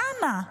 למה?